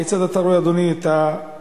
כיצד אתה רואה, אדוני, שהמיזם